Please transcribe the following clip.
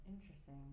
Interesting